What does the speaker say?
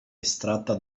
estratta